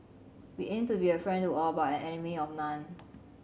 we aim to be a friend to all but an enemy of none